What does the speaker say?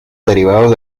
derivados